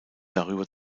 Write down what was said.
darüber